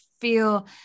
feel